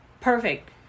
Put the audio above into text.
perfect